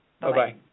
Bye-bye